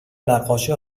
نقاشی